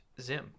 Zim